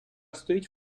стоїть